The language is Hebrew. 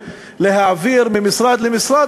להעביר ממשרד למשרד,